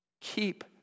Keep